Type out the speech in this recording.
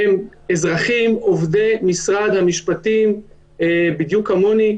הם אזרחים עובדי משרד המשפטים, בדיוק כמוני.